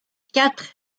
quatre